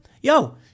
yo